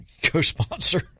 co-sponsor